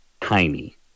Tiny